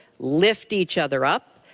lift each other up.